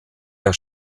der